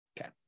Okay